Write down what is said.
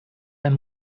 ein